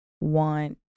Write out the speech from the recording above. want